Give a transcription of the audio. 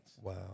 Wow